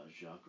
Jacques